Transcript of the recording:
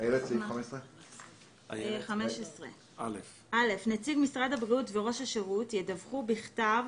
סעיף 15. "15.(א)נציג משרד הבריאות וראש השירות ידווחו בכתב